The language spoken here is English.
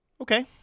Okay